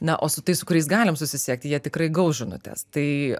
na o su tais su kuriais galim susisiekti jie tikrai gaus žinutes tai